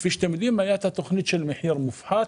כפי שאתם יודעים הייתה תוכנית של מחיר מופחת.